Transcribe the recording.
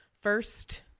first